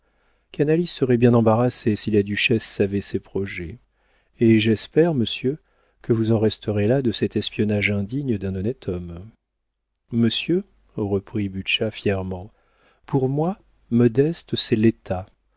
canalis serait bien embarrassé si la duchesse savait ses projets et j'espère monsieur que vous en resterez là de cet espionnage indigne d'un honnête homme monsieur reprit butscha fièrement pour moi modeste c'est l'état